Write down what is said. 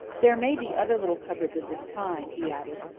there may be other little cupboards of this kind, he added.